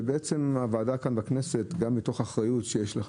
ובעצם הוועדה כאן בכנסת גם מתוך אחריות שיש לך,